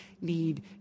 need